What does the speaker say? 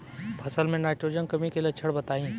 फसल में नाइट्रोजन कमी के लक्षण बताइ?